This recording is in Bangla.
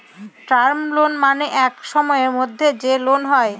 টার্ম লোন মানে এক সময়ের মধ্যে যে লোন হয়